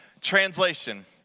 Translation